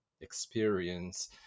experience